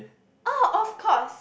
oh of cause